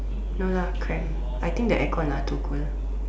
no lah cramp I think the aircon lah too cold